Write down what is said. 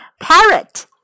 Parrot